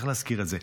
צריך להזכיר את זה.